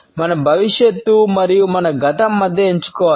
మన భవిష్యత్తు మరియు మన గతం మధ్య ఎంచుకోవాలి